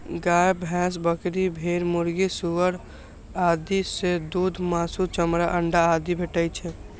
गाय, भैंस, बकरी, भेड़, मुर्गी, सुअर आदि सं दूध, मासु, चमड़ा, अंडा आदि भेटै छै